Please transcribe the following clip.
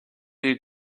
you